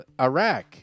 Iraq